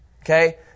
Okay